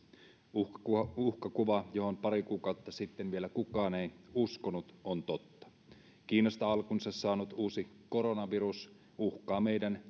uhkakuva uhkakuva johon pari kuukautta sitten vielä kukaan ei uskonut on totta kiinasta alkunsa saanut uusi koronavirus uhkaa meidän